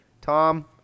tom